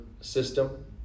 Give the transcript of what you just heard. system